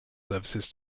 services